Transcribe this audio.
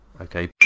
Okay